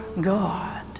God